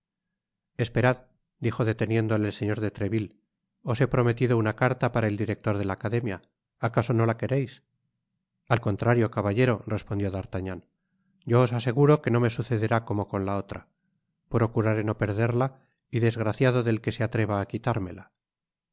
esperad dijo deteniéndole el señor de treville os he prometido una carta para el director de la academia acaso no la quereis al contrario caballero respondió d'artagnan yo os aseguro que no me sucederá como con la otra procuraré no perderla y desgraciado del que se atreva á quitármela